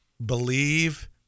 believe